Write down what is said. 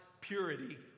purity